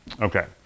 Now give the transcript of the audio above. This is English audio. Okay